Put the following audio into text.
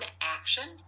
action